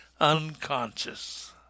unconscious